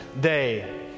day